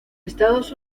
estados